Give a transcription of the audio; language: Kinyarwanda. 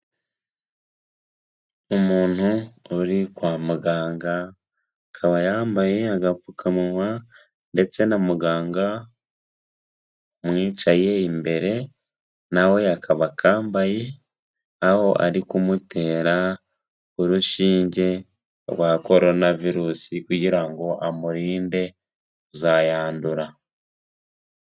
Umuntu uri kwa muganga akaba yambaye agapfukamunwa ndetse na muganga amwicaye imbere nawe akaba akambaye, aho ari kumutera urushinge rwa Corona Virus kugira ngo amurinde kuzayandura.